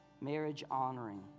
marriage-honoring